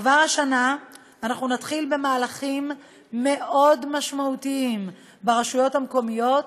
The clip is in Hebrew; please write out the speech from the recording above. כבר השנה נתחיל במהלכים מאוד משמעותיים ברשויות המקומיות: